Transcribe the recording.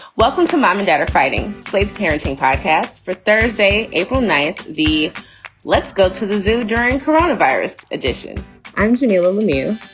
welcome to mom and dad are fighting slade's parenting podcast for thursday, april ninth. the let's go to the zoo during coronavirus edition i'm jamilah lemieux,